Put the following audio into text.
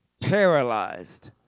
paralyzed